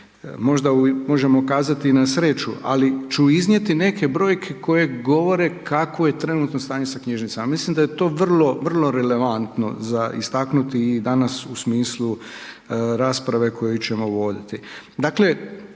Možda možemo kazati i na sreću, ali ću iznijeti neke brojke koje govore kakvo je trenutno stanje sa knjižnicama, mislim da je to vrlo, vrlo relevantno za istaknuti i danas u smislu rasprave koju ćemo voditi. Dakle,